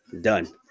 done